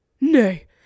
Nay